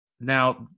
Now